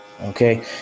okay